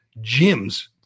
gyms